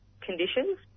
conditions